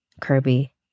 Kirby